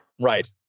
right